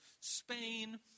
Spain